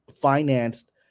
financed